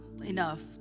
enough